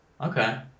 Okay